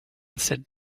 said